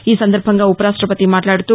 ఈ సందర్భంగా ఉపరాష్టపతి మాట్లాదుతూ